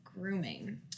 grooming